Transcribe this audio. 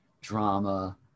drama